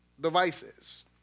devices